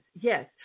Yes